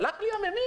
הלך לי הממיר.